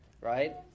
Right